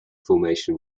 formation